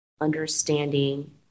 understanding